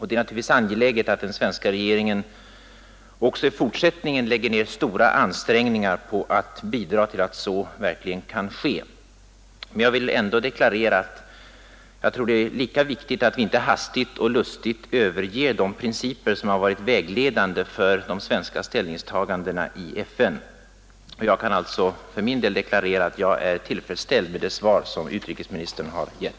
Det är naturligtvis angeläget att den svenska regeringen också i fortsättningen lägger ned stora ansträngningar på att bidra till att så verkligen kan ske. Jag vill ändå deklarera att jag tror att det är lika viktigt att vi inte hastigt och lustigt överger de principer som har varit vägledande för de svenska ställningstagandena i FN. Jag kan alltså för min del deklarera att jag är tillfredsställd med det svar som utrikesministern har gett.